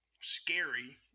scary